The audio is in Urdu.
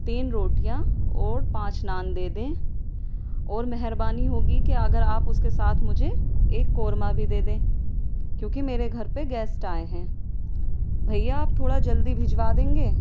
تین روٹیاں اور پانچ نان دے دیں اور مہربانی ہوگی کہ اگر آپ اس کے ساتھ مجھے ایک قورمہ بھی دے دیں کیونکہ میرے گھر پہ گیسٹ آئیں ہیں بھیا آپ تھوڑا جلدی بھجوا دیں گے